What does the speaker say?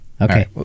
Okay